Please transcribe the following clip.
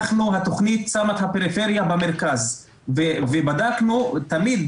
התכנית שמה את הפריפריה במרכז ובדקנו תמיד,